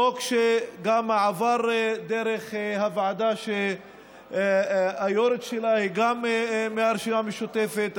החוק עבר דרך הוועדה שגם היו"רית שלה היא מהרשימה המשותפת.